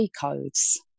codes